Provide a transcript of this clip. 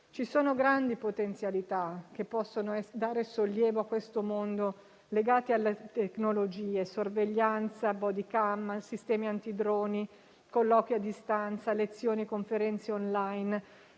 Ci sono grandi potenzialità che possono dare sollievo a questo mondo, legate alle tecnologie (sorveglianza, *body cam*, sistemi anti droni, colloqui a distanza, lezioni e conferenze *on line*,